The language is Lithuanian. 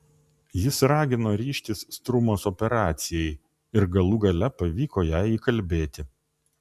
jis ragino ryžtis strumos operacijai ir galų gale pavyko ją įkalbėti